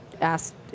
asked